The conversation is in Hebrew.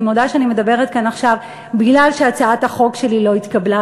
אני מודה שאני מדברת כאן עכשיו בגלל שהצעת החוק שלי לא התקבלה.